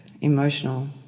emotional